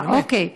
אה, אוקיי.